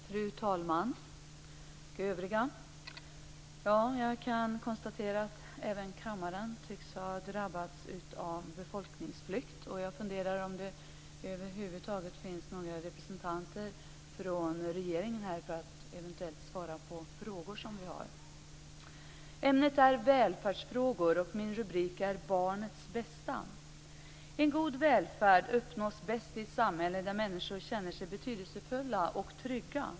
Fru talman! Jag kan konstatera att även kammaren tycks ha drabbats av befolkningsflykt. Jag funderar på om det över huvud taget finns några representanter från regeringen här för att eventuellt svara på frågor. Ämnet är välfärdsfrågor. Min rubrik är Barnets bästa. En god välfärd uppnås bäst i ett samhälle där människor känner sig betydelsefulla och trygga.